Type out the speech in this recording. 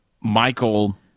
Michael